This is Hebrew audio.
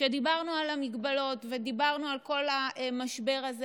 כשדיברנו על ההגבלות ודיברנו על כל המשבר הזה,